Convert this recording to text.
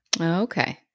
Okay